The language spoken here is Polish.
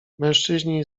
mężczyźni